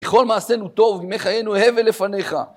בכל מעשינו טוב, ימי חיינו הבל לפניך.